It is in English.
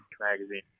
magazine